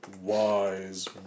wise